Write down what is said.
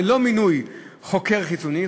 ללא מינוי חוקר חיצוני.